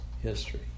history